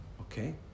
Okay